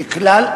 ככלל,